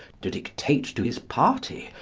to dictate to his party,